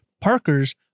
Parker's